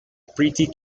pretty